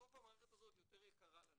בסוף המערכת הזאת היא יותר יקרה לנו.